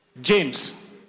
James